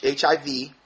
HIV